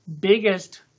biggest